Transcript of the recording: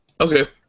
Okay